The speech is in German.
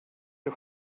der